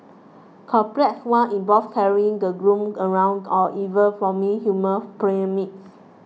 complex ones involve carrying the groom around or even forming human pyramids